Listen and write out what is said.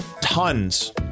tons